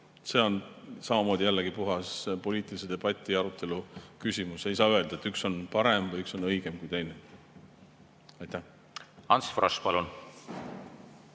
See on samamoodi jällegi puhas poliitilise debati ja arutelu küsimus. Ei saa öelda, et üks on parem või üks on õigem kui teine. Ants Frosch, palun!